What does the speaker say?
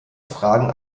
fragen